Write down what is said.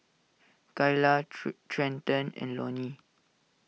Kayla Trenten and Loni